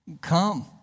come